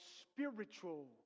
spiritual